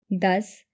Thus